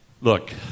look